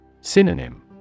Synonym